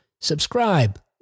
subscribe